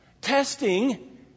testing